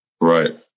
Right